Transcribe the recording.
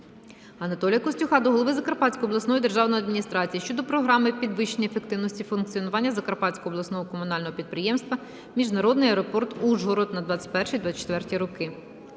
Анатолія Костюха до голови Закарпатської обласної державної адміністрації щодо Програми підвищення ефективності функціонування Закарпатського обласного комунального підприємства "Міжнародний аеропорт "Ужгород" на 2021-2024 роки.